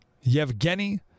Yevgeny